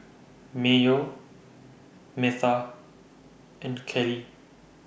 Mayo Metha and Kelli